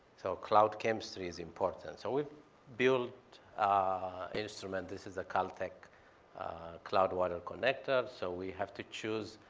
so cloud chemistry is important. so we build instrument. this is the caltech cloud water connector. so we have to choose